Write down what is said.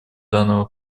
данного